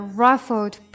ruffled